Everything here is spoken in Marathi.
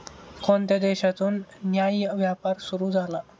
कोणत्या देशातून न्याय्य व्यापार सुरू झाला?